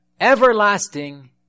Everlasting